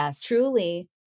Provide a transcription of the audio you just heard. truly